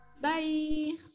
Bye